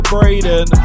Braden